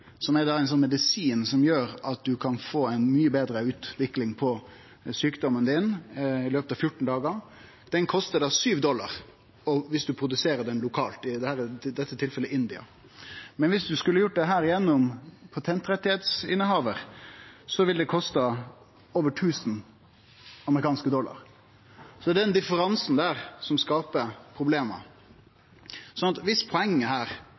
som er ein medisin som gjer at ein kan få ein mykje betre utvikling på sjukdomen i løpet av 14 dagar, kostar 7 amerikanske dollar dersom ein produserer han lokalt, i dette tilfellet i India. Dersom ein skulle gjort dette gjennom innehavaren av patentretten, ville det kosta over 1 000 amerikanske dollar. Det er den differansen som skaper problem. For meg er dette ein ubegripeleg norsk posisjon, for viss poenget her